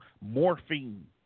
morphine